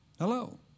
Hello